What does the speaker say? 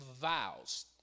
vows